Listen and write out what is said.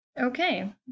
Okay